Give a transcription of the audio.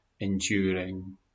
enduring